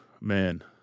man